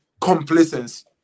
Complacency